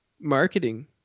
marketing